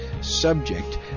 subject